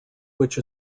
which